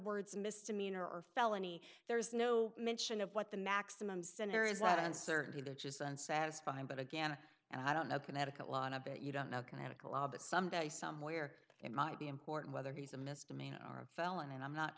words misdemeanor or felony there's no mention of what the maximum senator is that uncertainty that is unsatisfying but again and i don't know connecticut law and i bet you don't know canonical law but some guy somewhere it might be important whether he's a misdemeanor or felony and i'm not